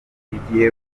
igihe